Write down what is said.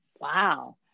Wow